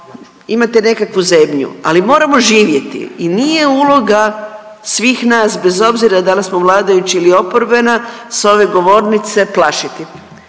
imate nekakvu zebnju, ali moramo živjeti i nije uloga svih nas, bez obzira da li smo vladajući ili oporbena, s ove govornice plašiti.